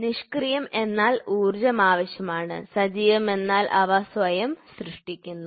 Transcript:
നിഷ്ക്രിയം എന്നാൽ ഊർജ്ജം ആവശ്യമാണ് സജീവം എന്നാൽ അവ സ്വയം സൃഷ്ടിക്കുന്നു